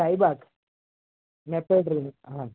Shahibaug metro train હં